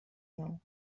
now